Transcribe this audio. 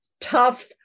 tough